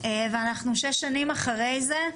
ואנחנו שש שנים אחרי זה,